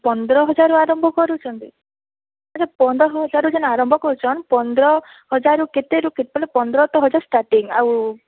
ପନ୍ଦର ହଜାରରୁ ଆରମ୍ଭ କରୁଛନ୍ତି ଆରେ ପନ୍ଦର ହଜାରରୁ ସିନା ଆରମ୍ଭ କରୁଛନ୍ ପନ୍ଦର ହଜାରରୁ କେତେରୁ କେତେ ପନ୍ଦର ତ ହଜାର ଷ୍ଟାର୍ଟିଂ ଆଉ